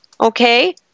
Okay